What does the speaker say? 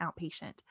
outpatient